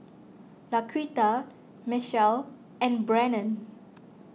Laquita Mechelle and Brannon